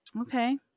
Okay